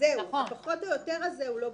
זהו, ה"פחות או יותר" הזה לא ברור.